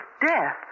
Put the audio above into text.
death